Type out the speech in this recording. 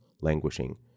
languishing